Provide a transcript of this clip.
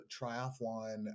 Triathlon